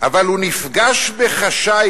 "אבל הוא נפגש בחשאי,